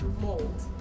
mold